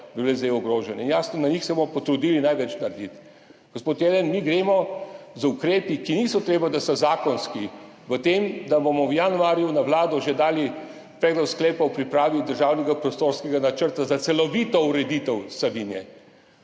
najbolj ogrožena in jasno, na njih se bomo potrudili največ narediti. Gospod Jelen, mi gremo z ukrepi, ki ni treba, da so zakonski, v to, da bomo v januarju na Vlado že dali predlog sklepa o pripravi državnega prostorskega načrta za celovito ureditev Savinje.